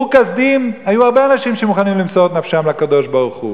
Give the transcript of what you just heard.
באור-כשדים היו הרבה אנשים שמוכנים למסור את נפשם לקדוש-ברוך-הוא.